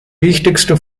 wichtigste